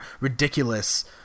ridiculous